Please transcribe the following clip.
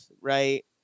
right